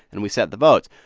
and we set the votes.